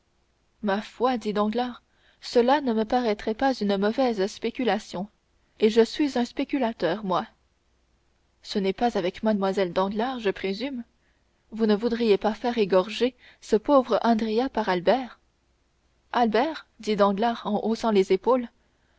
ma foi dit danglars cela ne me paraîtrait pas une mauvaise spéculation et je suis un spéculateur ce n'est pas avec mlle danglars je présume vous ne voudriez pas faire égorger ce pauvre andrea par albert albert dit danglars en haussant les épaules